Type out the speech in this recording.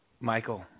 Michael